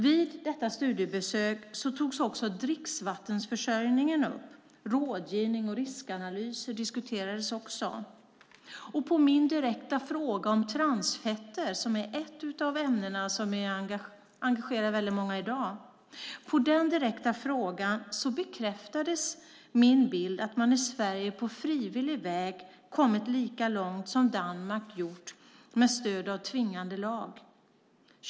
Vid detta studiebesök togs också dricksvattenförsörjningen upp. Rådgivning och riskanalyser diskuterades också. På min direkta fråga om transfetter, som är ett av de ämnen som engagerar många i dag, bekräftades min bild att man i Sverige på frivillig väg kommit lika långt som Danmark gjort med stöd av tvingande lag.